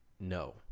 No